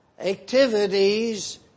Activities